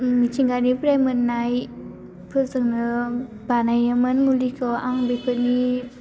मिथिंगानिफ्राय मोन्नाय फोरजोंनो बानायोमोन मुलिखौ आं बेफोरनि